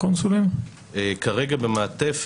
זמני ההמתנה כרגע ברוסיה,